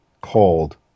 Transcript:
called